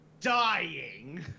Dying